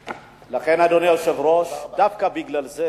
לכן, אדוני היושב-ראש, דווקא בגלל זה